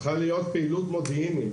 צריכה להיות פעילות מודיעינית.